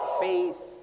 Faith